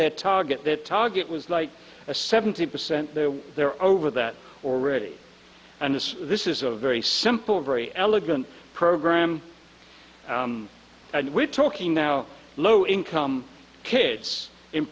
their target target was like a seventy percent there were there over that already and this is a very simple very elegant program and we're talking now low income kids in